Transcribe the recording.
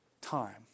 time